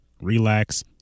relax